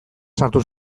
sartu